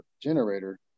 generator